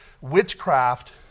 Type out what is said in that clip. witchcraft